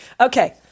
Okay